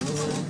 הדיון.